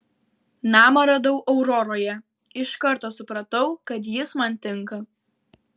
namą radau auroroje iš karto supratau kad jis man tinka